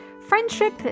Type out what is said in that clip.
Friendship